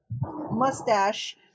mustache